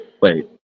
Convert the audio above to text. Wait